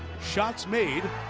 shots made.